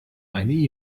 eine